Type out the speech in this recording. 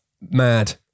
mad